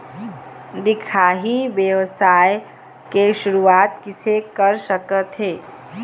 दिखाही ई व्यवसाय के शुरुआत किसे कर सकत हे?